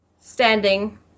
standing